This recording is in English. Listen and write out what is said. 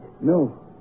No